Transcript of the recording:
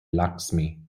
lakshmi